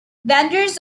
vendors